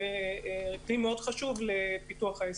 מאוד חשוב לפיתוח העסק.